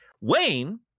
Wayne